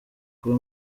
kuba